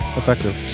effective